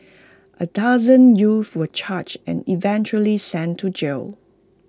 A dozen youth were charged and eventually sent to jail